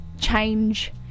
change